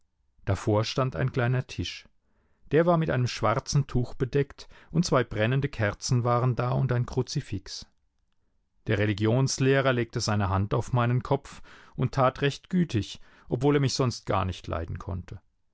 davor stand ein kleiner tisch der war mit einem schwarzen tuch bedeckt und zwei brennende kerzen waren da und ein kruzifix der religionslehrer legte seine hand auf meinen kopf und tat recht gütig obwohl er mich sonst gar nicht leiden konnte